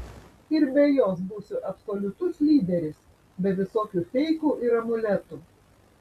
ir be jos būsiu absoliutus lyderis be visokių feikų ir amuletų